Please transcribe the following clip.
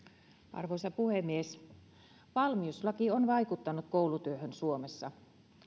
arvoisa puhemies valmiuslaki on vaikuttanut koulutyöhön suomessa